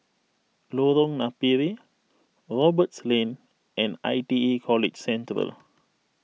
Lorong Napiri Roberts Lane and I T E College Central